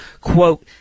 Quote